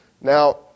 Now